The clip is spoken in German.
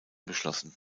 beschlossen